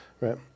right